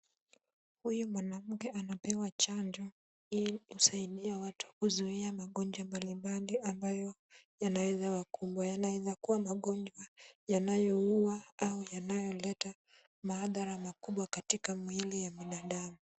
Huyu mwanamke anapewa chanjo ili kusaidia watu kuzuia magonjwa mbalimbali ambayo yanaweza wakumba. Yanaweza kuwa magonjwa yanayoua au yanayoleta madhara makubwa katika mwili wa binadamu.